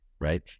Right